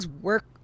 work